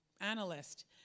analyst